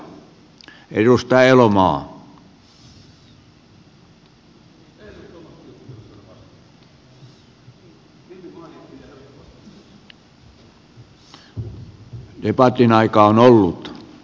debatin aika on ollut